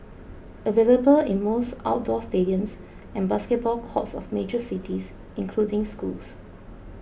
available in most outdoor stadiums and basketball courts of major cities including schools